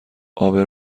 عابر